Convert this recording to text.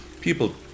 People